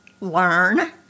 learn